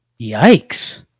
Yikes